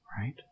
Right